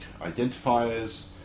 identifiers